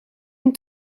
een